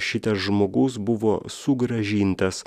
šitas žmogus buvo sugrąžintas